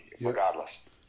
regardless